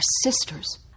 sisters